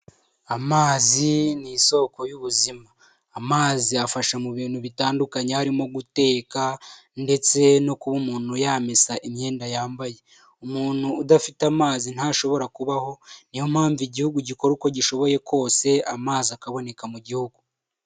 Amazi ni isoko y'ubuzima amazi afasha mu bintu bitandukanye harimo guteka, ndetse no kuba umuntu yamesa imyenda yambaye. Umuntu udafite amazi ntashobora kubaho niyo mpamvu igihugu gikora uko gishoboye kose amazi akaboneka mu gihugu.